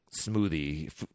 smoothie